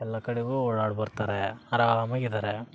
ಎಲ್ಲ ಕಡೆಗೂ ಓಡಾಡಿ ಬರ್ತಾರೆ ಆರಾಮಾಗಿ ಇದಾರೆ